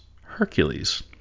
Hercules